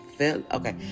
okay